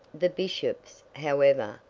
the bishops, however,